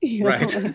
Right